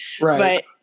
Right